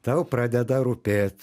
tau pradeda rūpėt